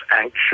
anxious